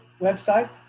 website